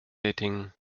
dating